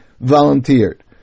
volunteered